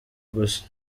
gusa